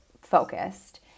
focused